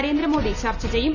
നരേന്ദ്രമോദി ചർച്ച ചെയ്യും